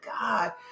God